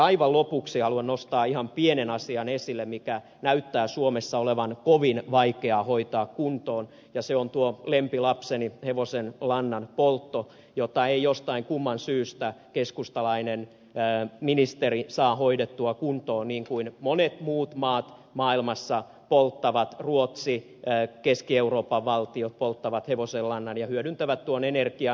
aivan lopuksi haluan nostaa esille ihan pienen asian joka näyttää suomessa olevan kovin vaikeaa hoitaa kuntoon ja se on tuo lempilapseni hevosenlannan poltto jota ei jostain kumman syystä keskustalainen ministeri saa hoidettua kuntoon vaikka monet muut maat maailmassa polttavat ruotsi keski euroopan valtiot polttavat hevosenlannan ja hyödyntävät tuon energian